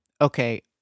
Okay